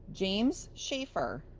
james schaefer,